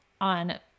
on